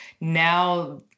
Now